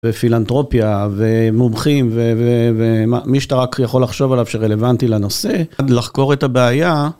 ופילנטרופיה ומומחים ומי שאתה רק יכול לחשוב עליו שרלוונטי לנושא עוד לחקור את הבעיה.